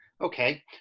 Okay